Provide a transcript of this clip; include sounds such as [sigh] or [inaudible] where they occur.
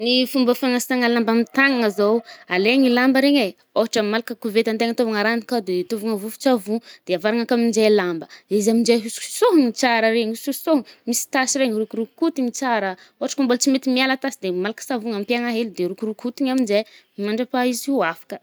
Ny fomba fanasagna [noise] lamba amy tanagna zao, [noise] alegna lamba regny e, ôhatra malaka koveta antegna atôvigna ragno kào de tôvina vovon-tsavo. De avarigna kào aminje lamba. Izy aminje hososohigny tsara regny osohosoho, misy tasy re rokorokotigny tsara. Ôhatra kô mbô tsy mety miala tasy de malaky savogny, ampiàgna hely de rokorokotigny aminje mandrahapà izy ho afaka.